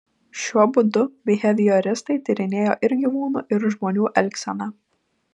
šiuo būdu bihevioristai tyrinėjo ir gyvūnų ir žmonių elgseną